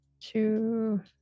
two